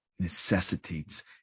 Necessitates